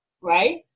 Right